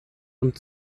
und